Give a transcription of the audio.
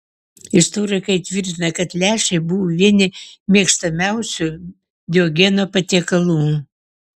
istorikai tvirtina kad lęšiai buvo vieni mėgstamiausių diogeno patiekalų